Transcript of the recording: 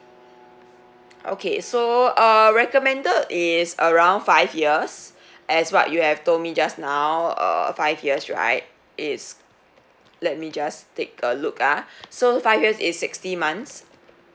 okay so uh recommended is around five years as what you have told me just now err five years right is let me just take a look ah so five years is sixty months